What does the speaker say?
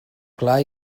clar